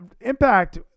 impact